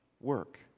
work